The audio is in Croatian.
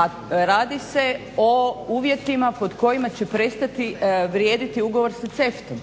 a radi se o uvjetima po kojima će prestati ugovor sa CEFTA-om